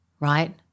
right